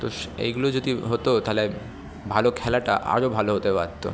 তো স্ এইগুলো যদি হতো তাহলে ভালো খেলাটা আরও ভালো হতে পারত